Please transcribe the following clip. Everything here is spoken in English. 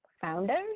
Founders